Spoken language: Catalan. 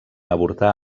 avortar